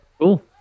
Cool